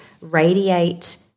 radiate